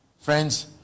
friends